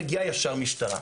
מגיעה ישר משטרה.